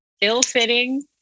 ill-fitting